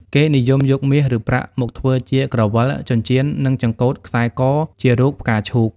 គេនិយមយកមាសឬប្រាក់មកធ្វើជាក្រវិល ចិញ្ចៀន និងចង្កូតខ្សែកជារូបផ្កាឈូក។